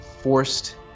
forced